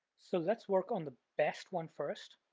so let's work on the best one first.